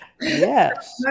yes